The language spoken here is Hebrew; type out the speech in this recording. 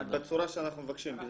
אבל בצורה שאנחנו מבקשים.